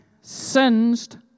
singed